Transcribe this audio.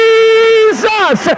Jesus